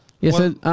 Yes